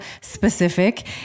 specific